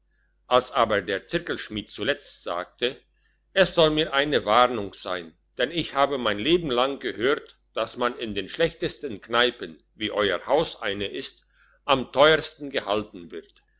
als aber der zirkelschmied zuletzt sagte es soll mir eine warnung sein denn ich habe mein leben lang gehört dass man in den schlechtesten kneipen wie euer haus eine ist am teuersten gehalten wird